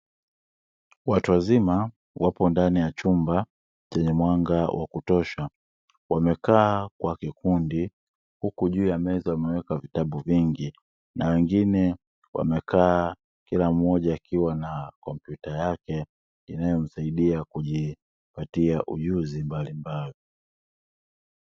Watu wazima wapo ndani ya chumba chenye mwanga wa kutosha. Wamekaa kwa kikundi huku juu ya meza wameweka vitabu vingi, na wengine wamekaa kila mmoja akiwa na kompyuta yake inayomsaidia kujipatia ujuzi mbalimbali.